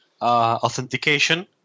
authentication